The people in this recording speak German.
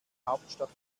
hauptstadt